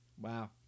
Wow